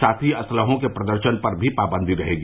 साथ ही असलहों के प्रदर्शन पर भी पाबंदी रहेगी